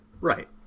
Right